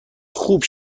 خوب